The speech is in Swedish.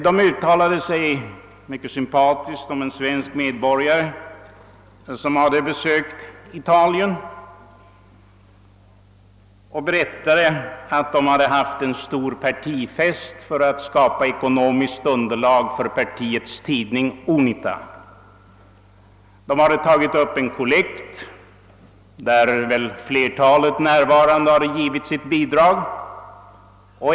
De uttalade sig mycket sympatiskt om en svensk medborgare, som hade besökt Italien. De berättade att de haft en stor partifest för att skapa ekonomiskt underlag för partiets tidning, Unitå. De hade tagit upp en kollekt, och flertalet av de närvarande hade givit sitt bidrag.